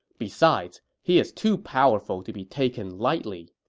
besides, he is too powerful to be taken lightly.